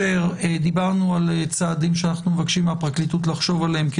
דיברנו על צעדים שאנחנו מבקשים מהפרקליטות לחשוב עליהם,